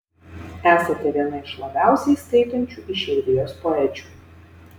esate viena iš labiausiai skaitančių išeivijos poečių